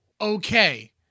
okay